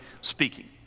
speaking